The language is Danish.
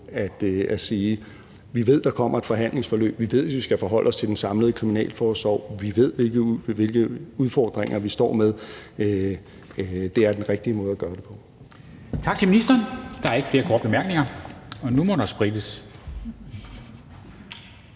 at sige, at vi ved, der kommer et forhandlingsforløb, vi ved, vi skal forholde os til den samlede kriminalforsorg, vi ved, hvilke udfordringer vi står med, er den rigtige måde at gøre det på.